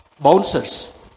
Bouncers